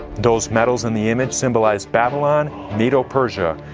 those metals in the image symbolize babylon, medo-persia,